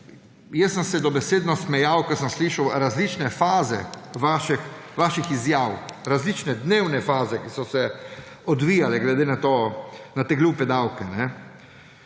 Jaz sem se dobesedno smejal, ko sem slišal različne faze vaših izjav. Različne dnevne faze, ki so se odvijale glede na te glupe davke.